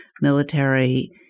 military